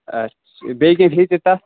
اَچھا بیٚیہِ کیٚنٛہہ فیٖچَر تَتھ